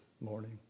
morning